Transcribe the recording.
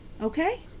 Okay